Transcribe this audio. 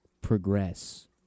progress